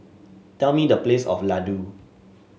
tell me the price of Ladoo